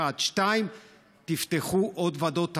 1. 2. תפתחו עוד ועדות ערר.